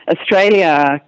Australia